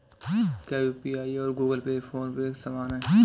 क्या यू.पी.आई और Google Pay PhonePe समान हैं?